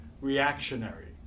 reactionary